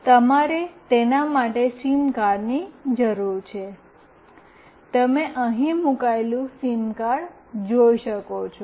તમારે તેના માટે સિમ કાર્ડની જરૂર છે તમે અહીં મૂકાયેલું સિમ કાર્ડ જોઈ શકો છો